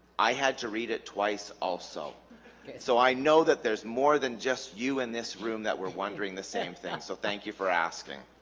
i had to read it twice also so i know that there's more than just you in this room that we're wondering the same thing so thank you for asking